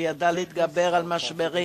שידע להתגבר על משברים,